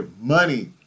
money